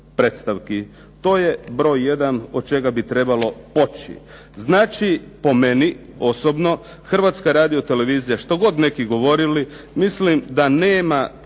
predstavki. To je broj jedan od čega bi trebalo poći. Znači po meni osobno Hrvatska radiotelevizija što god neki govorili, mislim da nema